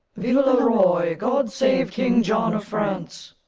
vive le roy! god save king john of france!